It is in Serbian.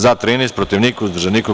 za – 14, protiv – niko, uzdržan – niko.